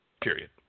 Period